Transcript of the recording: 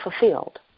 fulfilled